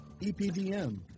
EPDM